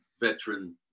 veteran